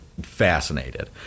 fascinated